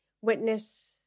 witness